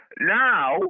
Now